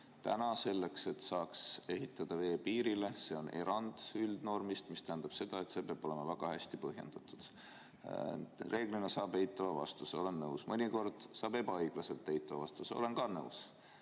Täna on see, et saaks ehitada veepiirile, erand üldnormist, mis tähendab seda, et see peab olema väga hästi põhjendatud. Reeglina saab eitava vastuse – olen nõus. Mõnikord saab ebaõiglaselt eitava vastuse – olen ka nõus.